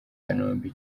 kanombe